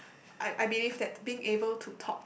I I believe that being able to talk